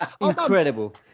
Incredible